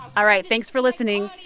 all right, thanks for listening.